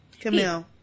Camille